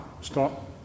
Stop